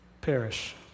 perish